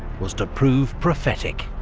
was to prove prophetic,